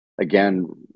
again